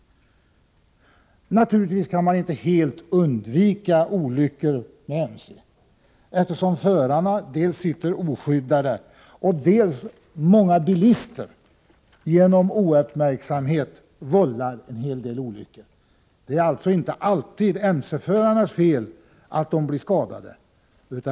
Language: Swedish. Naturligtvis kan man inte helt undvika olyckor med motorcykel, eftersom dels förarna sitter oskyddade, dels många bilister genom ouppmärksamhet vållar en hel del olyckor. Det är alltså inte alltid motorcykelförarnas fel att de blir skadade.